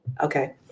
Okay